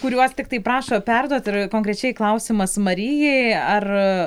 kuriuos tiktai prašo perduoti ir konkrečiai klausimas marijai ar